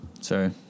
sorry